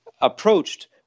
approached